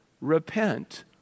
Repent